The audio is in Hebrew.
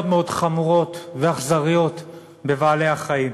מאוד חמורות ואכזריות כלפי בעלי-החיים.